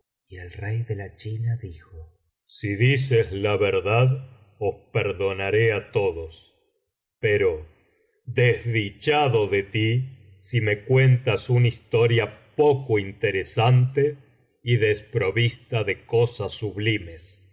y el rey de la china dijo si dices la verdad os perdonaré á todos pero desdichado de ti si me cuentas una historia poco interesante y desprovista de cosas sublimes